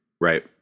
Right